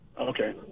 Okay